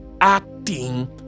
acting